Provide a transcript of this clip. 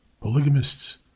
Polygamists